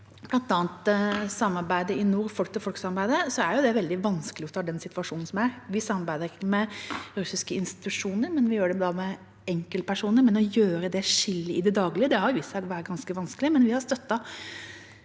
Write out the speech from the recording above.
bl.a. samarbeidet i nord, folk-til-folksamarbeidet, er det veldig vanskeliggjort av denne situasjonen. Vi samarbeider ikke med russiske institusjoner, men vi gjør det med enkeltpersoner. Å foreta det skillet i det daglige har vist seg å være ganske vanskelig, men vi har støttet